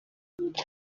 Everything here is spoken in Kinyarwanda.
muri